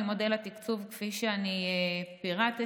ממודל התקצוב כפי שאני פירטתי.